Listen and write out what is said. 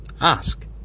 Ask